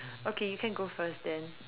okay you can go first then